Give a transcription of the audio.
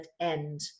end